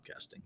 podcasting